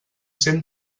cent